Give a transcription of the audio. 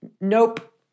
nope